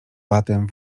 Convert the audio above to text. batem